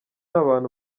abantu